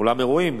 אולם אירועים,